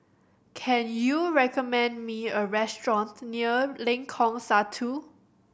can you recommend me a restaurant near Lengkong Satu